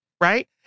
right